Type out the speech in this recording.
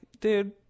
dude